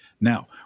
Now